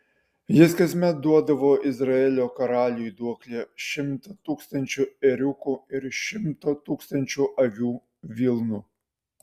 jis kasmet duodavo izraelio karaliui duoklę šimtą tūkstančių ėriukų ir šimto tūkstančių avių vilnų